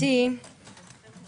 התייחסות חברי הכנסת.